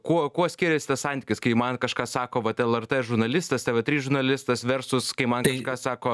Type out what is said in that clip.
kuo kuo skiriasi tas santykis kai man kažkas sako vat lrt žurnalistas tv trys žurnalistas versus kai man kažką sako